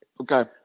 Okay